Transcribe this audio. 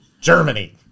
Germany